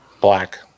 black